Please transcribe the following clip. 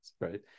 Right